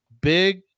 big